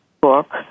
book